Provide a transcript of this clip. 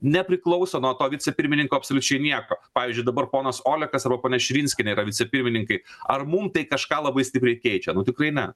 nepriklauso nuo to vicepirmininko absoliučiai nieko pavyzdžiui dabar ponas olekas arba ponia širinskienė yra vicepirmininkai ar mum tai kažką labai stipriai keičia nu tikrai ne